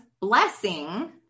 blessing